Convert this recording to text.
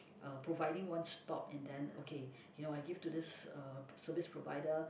uh providing one stop and then okay you know I give to this uh service provider